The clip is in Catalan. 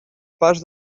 pas